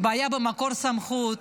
בעיה במקור סמכות,